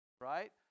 Right